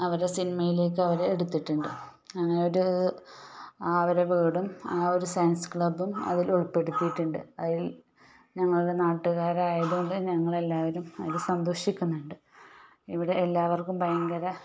അവരെ സിനിമയിലേക്ക് അവരെ എടുത്തിട്ടുണ്ട് അങ്ങനോരു ആവരെ വീടും ആ ഒരു സയൻസ് ക്ലബ്ബും അതിൽ ഉൾപ്പെടുത്തിയിട്ടുണ്ട് അതിൽ ഞങ്ങളുടെ നാട്ടുകാരായത് കൊണ്ട് ഞങ്ങളെല്ലാവരും അതിൽ സന്തോഷിക്കുന്നുണ്ട് ഇവിടെ എല്ലാവർക്കും ഭയങ്കര